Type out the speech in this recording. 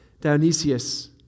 Dionysius